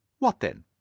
what, then?